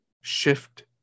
shift